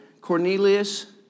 Cornelius